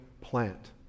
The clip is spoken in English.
plant